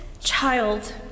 child